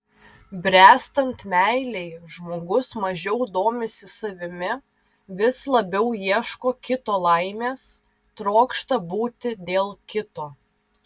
bręstant meilei žmogus mažiau domisi savimi vis labiau ieško kito laimės trokšta būti dėl kito